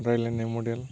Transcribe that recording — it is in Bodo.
रायलायनाय मडेल